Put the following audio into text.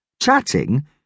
chatting